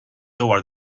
toward